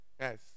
Yes